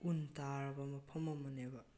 ꯎꯟ ꯇꯥꯔꯕ ꯃꯐꯝ ꯑꯃꯅꯦꯕ